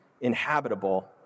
inhabitable